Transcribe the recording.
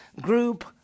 group